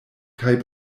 kaj